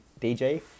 dj